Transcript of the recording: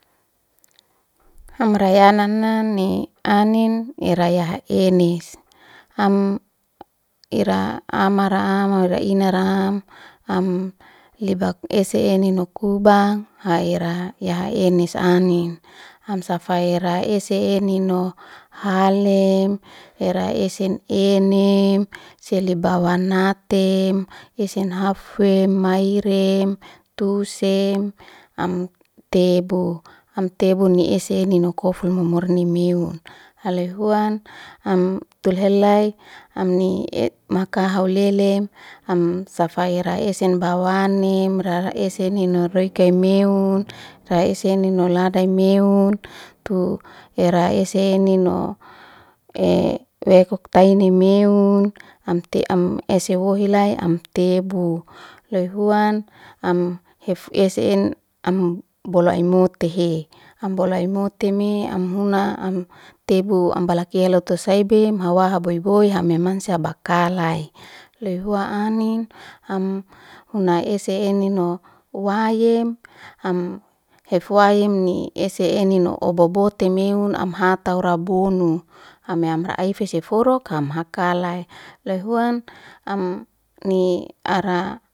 Amrayananani anin irayaha enis, am ira amara am inara am, am lebak ese enino kubang haira ya enisa anin. Am safayara esi enino halem era esen eni selibabawanate esen hafwem mairem tusem am tebu. Am tebu ese nekofi mumurni meun, hala ihuan, am tulehelay amni makahaulelem, am safa ira esen bawanim rara ese ninorekaimeun raraesu noladai meun, tu yara esenino. E wekuktainemeun am ese wohi lai, am tebu. Loy huan am hefse ene am bolaimote he. Ambolai mote he, ambolai mote me amhuna, am tebu ambalakeloto saibem hawa haboi boi hamemansa bakalai. Luhuan anin am una ese eninno, wayem am hefwayemni ese eni no. Obaboti meun amhata raubonu amra aifeseforuk ham hakali. Loyhuan amni ara